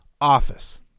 Office